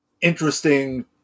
interesting